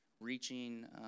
reaching